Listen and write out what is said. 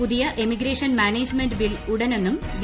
പുതിയ emigration management bill ഉടനെന്നും V